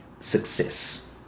success